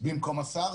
במקום השר,